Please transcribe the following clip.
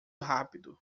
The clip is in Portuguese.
rápido